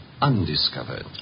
undiscovered